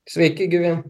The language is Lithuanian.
sveiki gyvi